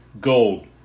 Gold